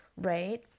Right